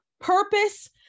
purpose